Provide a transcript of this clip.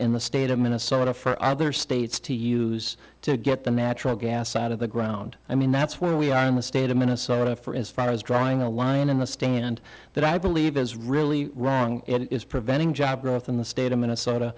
in the state of minnesota for other states to use to get the natural gas out of the ground i mean that's what we i'm a state of minnesota for as far as drawing a line in the stand that i believe is really wrong is preventing job growth in the state of minnesota